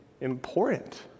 important